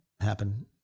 happen